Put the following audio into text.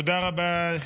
תודה רבה.